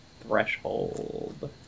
Threshold